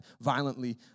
violently